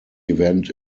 event